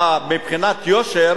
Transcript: אין לך מה להגיד, כי מבחינת יושר